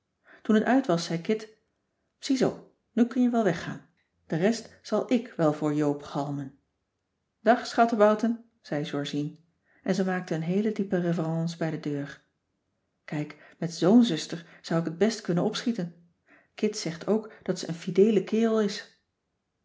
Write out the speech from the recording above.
toen t uit was zei kit ziezoo nu kun je wel weggaan de rest zal ik wel voor joop galmen dag schattebouten zei georgien en ze maakte eene heele diepe reverence bij de deur kijk met zoo'n zuster zou ik het best kunnen opschieten kit zegt ook dat ze een fideele kerel is